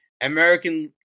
American